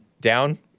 down